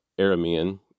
Aramean